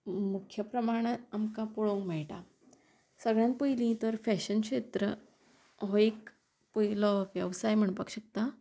मुख्य प्रमाणांत आमकां पळोवंक मेळटा सगळ्यान पयलीं तर फॅशन क्षेत्र हो एक पयलो वेवसाय म्हणपाक शकता